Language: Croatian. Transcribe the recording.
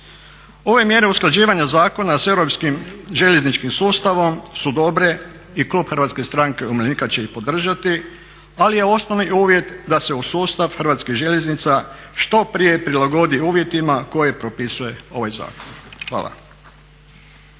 Ove mjere usklađivanja zakona s europskim željezničkim sustavom su dobre i klub Hrvatske stranke umirovljenika će ih podržati ali osnovni uvjet da se u sustav Hrvatskih željeznica što prije prilagodi uvjetima koje propisuje ovaj zakon. Hvala.